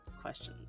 questions